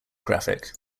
graphic